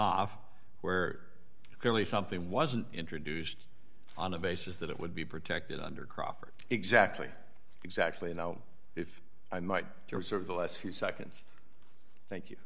off where clearly something wasn't introduced on a basis that it would be protected under crawford exactly exactly you know if i might sort of the last few seconds thank you